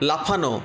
লাফানো